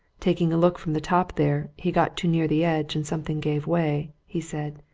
taking a look from the top there, he got too near the edge and something gave way, he said,